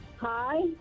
Hi